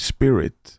Spirit